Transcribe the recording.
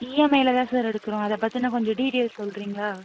இஎம்ஐயில்தான் sir எடுக்கிறோம் அதை பற்றிய கொஞ்சம் டீடெயில்ஸ் சொல்றீங்களா